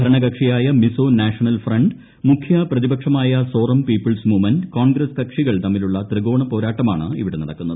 ഭരണകക്ഷിയായ Mizo National Front മുഖ്യപ്രതിപക്ഷമായ Zoram People's Movement Congress കക്ഷികൾ തമ്മിലുള്ള ത്രികോണ പോരാട്ടമാണ് ഇവിടെ നടക്കുന്നത്